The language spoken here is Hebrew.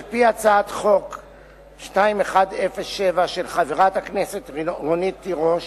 על-פי הצעת חוק פ/2107, של חברת הכנסת רונית תירוש